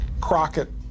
Crockett